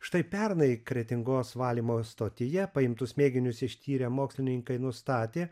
štai pernai kretingos valymo stotyje paimtus mėginius ištyrę mokslininkai nustatė